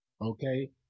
Okay